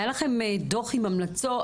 היה לכם דו"ח עם המלצות?